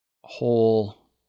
whole